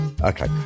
okay